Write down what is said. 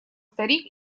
старик